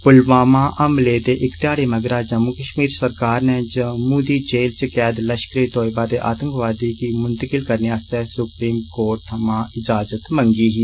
पुलवामा हमले दे इक ध्याड़े मगरा जम्मू कष्मीर सरकार ने जम्मू दी जेल च कैद लष्करे तोयबा दे आतंकवादी गी मुंतकिल करने आस्तै सुप्रीम कोर्ट थमां इजाजत मंगी ही